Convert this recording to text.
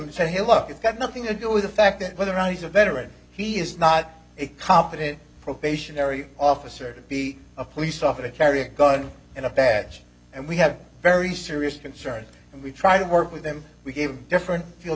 say hey look it's got nothing to do with the fact that whether or not he's a veteran he is not a competent probationary officer to be a police officer to carry a gun and a badge and we have very serious concerns and we try to work with them we give different field